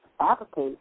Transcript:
advocate